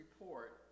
report